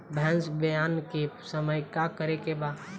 भैंस ब्यान के समय का करेके बा?